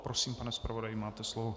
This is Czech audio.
Prosím, pane zpravodaji, máte slovo.